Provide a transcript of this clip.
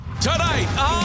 Tonight